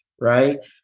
right